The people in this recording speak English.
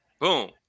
Boom